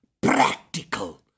practical